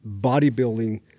bodybuilding